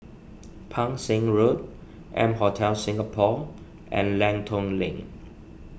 Pang Seng Road M Hotel Singapore and Lenton Lane